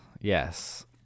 yes